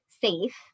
safe